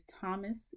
Thomas